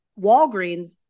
Walgreens